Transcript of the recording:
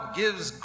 gives